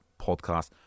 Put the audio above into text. podcast